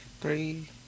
Three